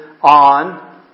on